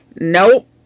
Nope